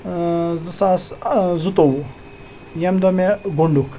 اۭں زٕ ساس زٕتووُہ ییٚمہِ دۄہ مےٚ گۄنڈُک